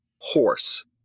Horse